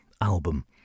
album